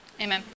Amen